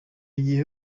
gihe